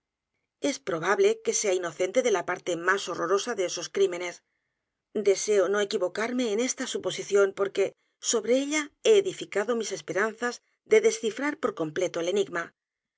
es probable que sea inocente de la parte más horrorosa de esos crímenes deseo no equivocarme en esta suposición porque sobre ella he edifilos crímenes dk la calle morgue cado mis esperanzas de descifrar por completo el enigma